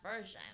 version